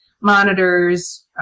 Monitors